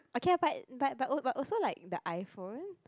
okay ah but but but also like the iPhone